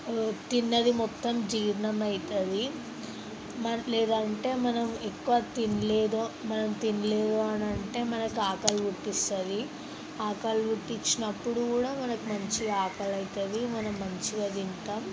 తిన్నది మొత్తం జీర్ణం అవుతుంది లేదంటే మనం ఎక్కువ తినలేదు మనం తినలేదు అని అంటే మనకి ఆకలి గుర్తొస్తుంది ఆకలి గుర్తొచ్చినపుడు కూడా మనకు మంచి ఆకలి అవుతుంది మనం మంచిగా తింటాం